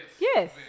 Yes